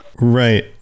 Right